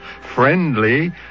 friendly